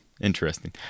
interesting